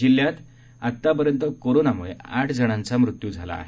जिल्हयात आतार्पयत कोरोनामुळं आठ जणांचा मृत्यु झाला आहे